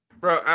Bro